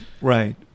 right